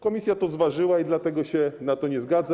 Komisja to zważyła i dlatego się na to nie zgadza.